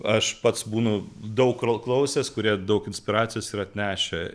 aš pats būnu daug klau klausęs kurie daug inspiracijos yra atnešę